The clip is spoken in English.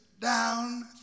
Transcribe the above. down